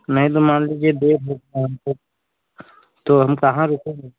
नहीं तो मान लीजिए तो हम कहाँ रुकेंगे